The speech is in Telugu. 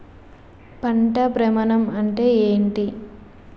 పంట భ్రమణం అంటే ఏంటి?